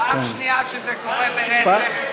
פעם שנייה שזה קורה ברצף.